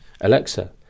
Alexa